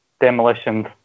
Demolition's